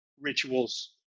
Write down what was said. rituals